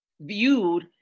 viewed